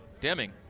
Deming